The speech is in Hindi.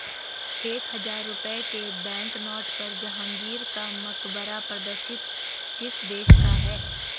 एक हजार रुपये के बैंकनोट पर जहांगीर का मकबरा प्रदर्शित किस देश का है?